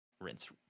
rinse